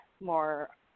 more